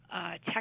Tech